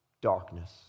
Darkness